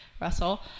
Russell